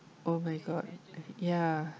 oh my god ya